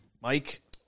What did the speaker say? Mike